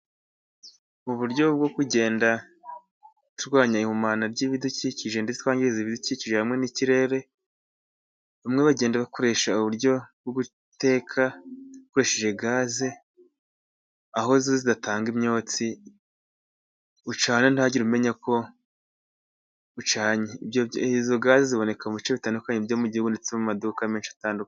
Mu buryo bwo kugenda turwanya ihumana ry'ibidukikije ndetse twangiza ibikije hamwe n'ikirere, bamwe bagenda bakoresha uburyo bwo guteka ukoresheje gaze aho zidatanga imyotsi ucyana ntihagire umenya ko ucyanye. Izo gaze ziboneka mu bice bitandukanye by' umujyi ubonetsemo amaduka menshi atandukanye.